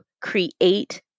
create